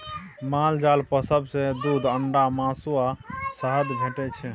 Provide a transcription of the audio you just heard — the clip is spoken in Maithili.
माल जाल पोसब सँ दुध, अंडा, मासु आ शहद भेटै छै